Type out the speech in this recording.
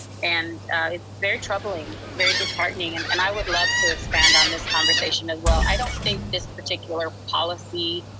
and it's very troubling, it's very disheartening, and and i would love to expand on this conversation as well. i don't think this particular policy,